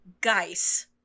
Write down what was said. guys